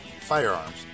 firearms